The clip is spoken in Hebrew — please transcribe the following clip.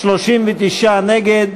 39 נגד,